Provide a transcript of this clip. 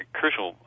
crucial